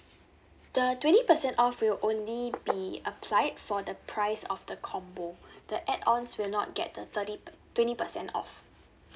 the twenty percent off will only be applied for the price of the combo the add ons will not get the thirty twenty percent off